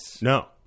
No